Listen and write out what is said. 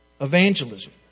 evangelism